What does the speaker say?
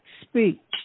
speak